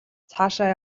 цаашаа